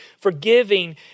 forgiving